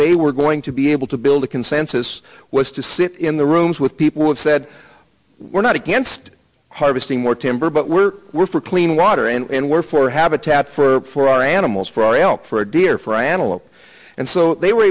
they were going to be able to build a consensus was to sit in the rooms with people and said we're not against harvesting more timber but we're we're for clean water and we're for habitat for our animals for our elk for a deer for animals and so they were